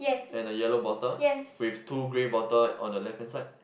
and a yellow bottle with two grey bottle on the left hand side